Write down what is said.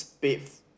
beef